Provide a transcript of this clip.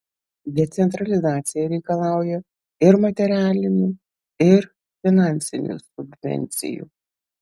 decentralizacija reikalauja ir materialinių ir finansinių subvencijų